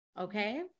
Okay